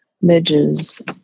midges